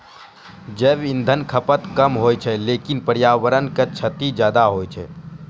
जैव इंधन खपत कम होय छै लेकिन पर्यावरण क क्षति ज्यादा होय छै